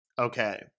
Okay